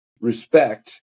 respect